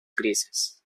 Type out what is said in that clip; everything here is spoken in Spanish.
grises